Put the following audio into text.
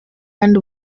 end